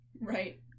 Right